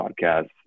podcast